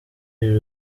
iri